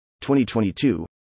2022